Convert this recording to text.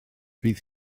fydd